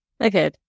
okay